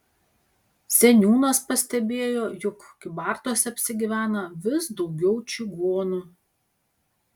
seniūnas pastebėjo jog kybartuose apsigyvena vis daugiau čigonų